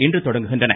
இன்று தொடங்குகின்றன